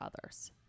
others